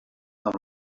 amb